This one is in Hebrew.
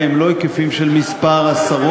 אני מבקש ספירה מחדש,